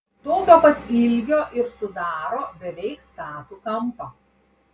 tokio pat ilgio ir sudaro beveik statų kampą